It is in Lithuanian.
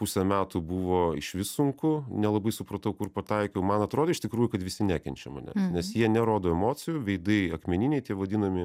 pusę metų buvo išvis sunku nelabai supratau kur pataikiau man atrodė iš tikrųjų kad visi nekenčia manęs nes jie nerodo emocijų veidai akmeniniai tie vadinami